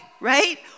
right